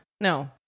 No